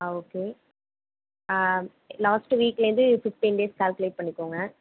ஆ okay last வீக்லேருந்து fifteen days calculate பண்ணிக்கோங்க